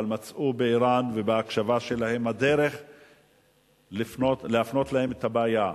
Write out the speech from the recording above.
אבל מצאו בער"ן ובהקשבה שלהם דרך להפנות אליהם את הבעיה.